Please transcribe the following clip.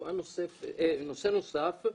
נושא נוסף,